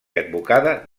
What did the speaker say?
advocada